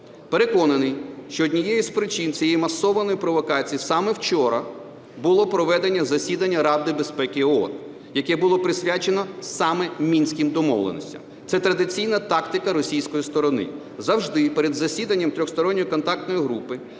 Переконаний, що однією з причин цієї масованої провокації саме вчора було проведення засідання Ради безпеки ООН, яке було присвячено саме Мінськім домовленостям. Це традиційна тактика російської сторони: завжди перед засіданням Тристоронньої контактної групи,